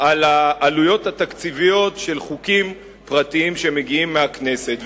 על העלויות התקציביות של חוקים פרטיים שמגיעים מהכנסת.